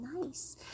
nice